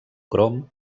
crom